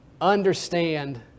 understand